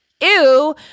Ew